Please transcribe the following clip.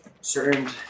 certain